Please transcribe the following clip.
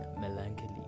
melancholy